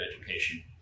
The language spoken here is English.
education